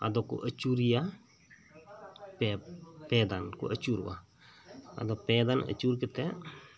ᱟᱫᱚ ᱠᱚ ᱟᱹᱪᱩᱨᱮᱭᱟ ᱯᱮ ᱯᱮ ᱫᱷᱟᱱ ᱠᱚ ᱟᱹᱪᱩᱨᱚᱜᱼᱟ ᱟᱫᱚ ᱯᱮ ᱫᱷᱟᱱ ᱟᱹᱪᱩᱨ ᱠᱟᱛᱮ